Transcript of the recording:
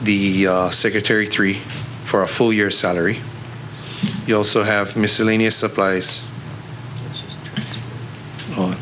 the secretary three for a full year salary you also have miscellaneous supplies